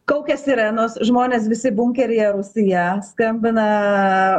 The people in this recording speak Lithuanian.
kaukia sirenos žmonės visi bunkeryje rūsyje skambina